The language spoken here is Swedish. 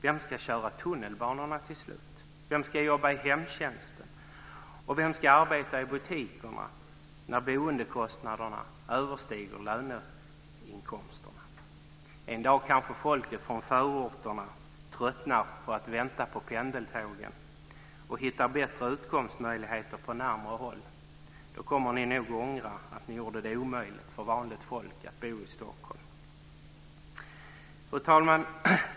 Vem ska till slut köra tunnelbanorna, vem ska jobba i hemtjänsten, och vem ska arbeta i butikerna när boendekostnaderna överstiger löneinkomsterna? En dag kanske folket från förorterna tröttnar på att vänta på pendeltågen och hittar bättre utkomstmöjligheter på närmare håll. Då kommer ni nog att ångra att ni gjorde det omöjligt för vanligt folk att bo i Stockholm. Fru talman!